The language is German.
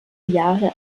jahre